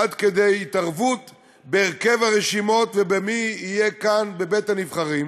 עד כדי התערבות בהרכב הרשימות ובמי יהיה כאן בבית-הנבחרים,